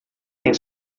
tem